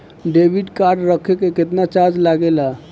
Debit card रखे के केतना चार्ज लगेला?